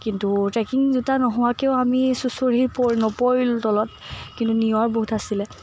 কিন্তু ট্ৰেকিং জোতা নোহোৱাকেও আমি চুচঁৰি পৰ নপৰিলোঁ তলত কিন্তু নিয়ৰ বহুত আছিলে